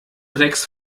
rex